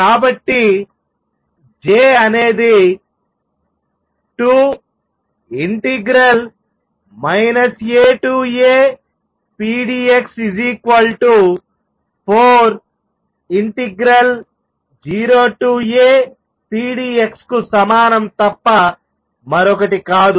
కాబట్టి J అనేది 2 AApdx 40Apdx కు సమానం తప్ప మరొకటి కాదు